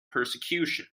persecution